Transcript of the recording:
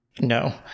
No